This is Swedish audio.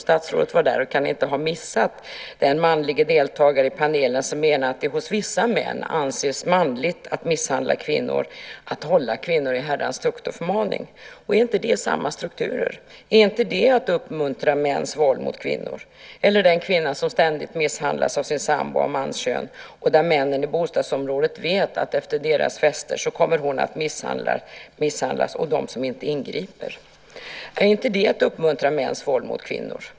Statsrådet var där och kan inte ha missat den manlige deltagare i panelen som menade att det hos vissa män anses manligt att misshandla kvinnor - att hålla kvinnor i herrans tukt och förmaning. Är inte det samma strukturer? Är inte det att uppmuntra mäns våld mot kvinnor? Ett annat exempel är den kvinna som ständigt misshandlas av sin sambo av mankön samtidigt som männen i bostadsområdet vet att efter deras fester kommer hon att misshandlas, och detta utan att de ingriper. Är inte det att uppmuntra mäns våld mot kvinnor?